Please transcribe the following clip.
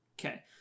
okay